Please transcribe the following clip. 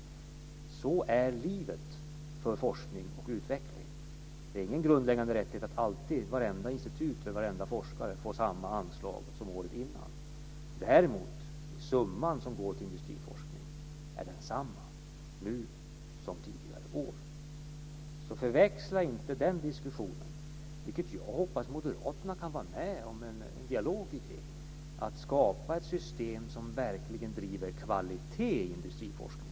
Så är livet för forskning och utveckling. Det är ingen grundläggande rättighet för varje institut och varje forskare att alltid få samma anslag som året före. Däremot är summan som går till industriforskning densamma nu som tidigare år. Så förväxla inte denna diskussion. Jag hoppas att moderaterna kan vara med i en dialog om att man ska skapa ett system som verkligen driver kvalitet i industriforskningen.